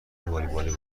والیبال